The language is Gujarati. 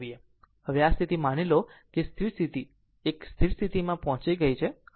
તેથી હવે આ સ્થિતિમાં માની લો કે સ્થિર સ્થિતિ આ એક સ્થિર સ્થિતિમાં પહોંચી ગઈ છે